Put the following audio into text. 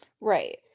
Right